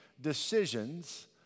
decisions